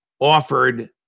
offered